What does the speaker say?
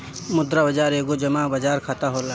मुद्रा बाजार खाता एगो जमा बाजार खाता होला